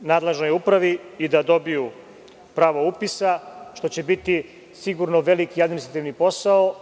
nadležnoj upravi i da dobiju pravo upisa, što će biti sigurno veliki administrativni posao,